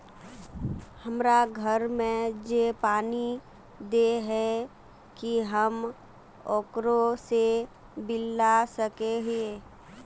हमरा घर में जे पानी दे है की हम ओकरो से बिल ला सके हिये?